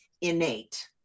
innate